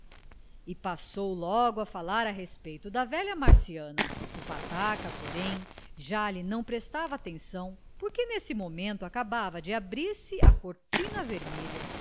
e passou logo a falar a respeito da velha marciana o pataca porém já lhe não prestava atenção porque nesse momento acabava de abrir-se a cortina vermelha